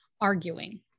arguing